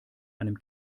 einem